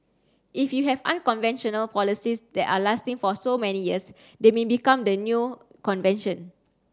if you have unconventional policies that are lasting for so many years they may become the new convention